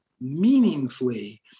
meaningfully